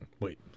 Wait